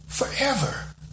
forever